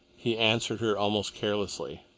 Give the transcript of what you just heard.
he answered her almost carelessly.